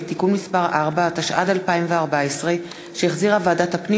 ברשות יושב-ראש הכנסת,